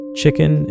chicken